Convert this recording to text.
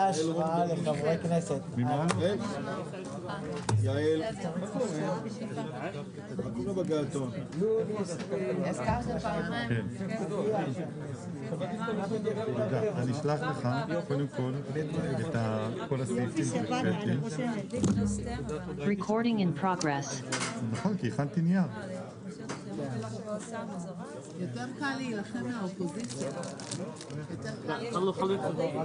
הישיבה ננעלה בשעה 11:10.